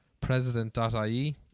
president.ie